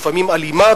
לפעמים אלימה,